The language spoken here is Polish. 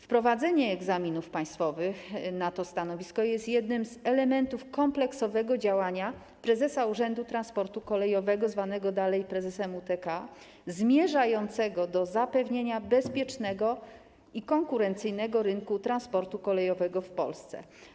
Wprowadzenie egzaminów państwowych na to stanowisko jest jednym z elementów kompleksowego działania prezesa Urzędu Transportu Kolejowego, zwanego dalej prezesem UTK, zmierzającego do zapewnienia bezpiecznego i konkurencyjnego rynku transportu kolejowego w Polsce.